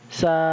sa